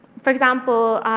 for example,